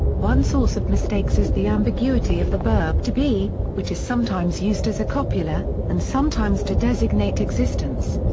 one source of mistakes is the ambiguity of the verb to be, which is sometimes used as a copula, and sometimes to designate existence.